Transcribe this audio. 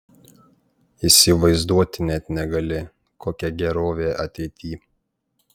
įsivaizduoti net negali kokia gerovė ateity